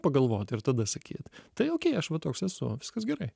pagalvot ir tada sakyt tai okei aš va toks esu viskas gerai